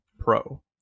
Pro